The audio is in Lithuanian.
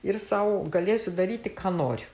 ir sau galėsiu daryti ką noriu